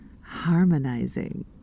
harmonizing